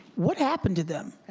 what happened to them?